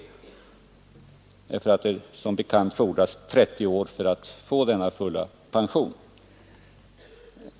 Det fordras som bekant 30 år för att kunna få denna fulla pension.